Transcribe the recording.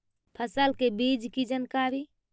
फसल के बीज की जानकारी?